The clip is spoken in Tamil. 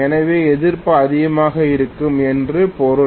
எனவே எதிர்ப்பு அதிகமாக இருக்கும் என்று பொருள்